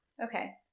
Okay